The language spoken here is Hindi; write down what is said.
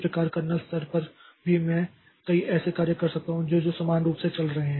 इसी प्रकार कर्नेल स्तर पर भी मैं कई ऐसे कार्य कर सकता हूं जो समान रूप से चल रहे हैं